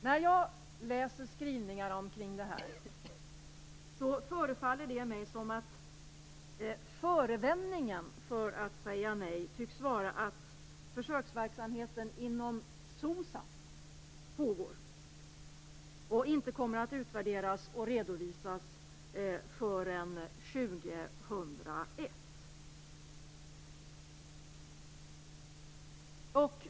När jag läser skrivningarna i propositionen förefaller det mig som om förevändningen för att säga nej är att försöksverksamhet pågår inom SOCSAM och att den inte kommer att utvärderas och redovisas förrän 2001.